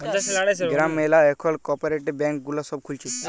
গ্রাম ম্যালা এখল cooperative bank গুলা সব খুলছে